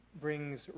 brings